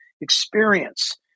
experience